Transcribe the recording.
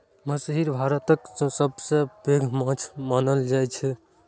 महसीर भारतक सबसं पैघ माछ मानल जाइ छै